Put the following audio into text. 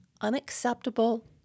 unacceptable